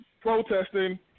protesting